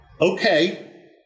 Okay